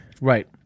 Right